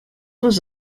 was